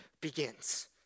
begins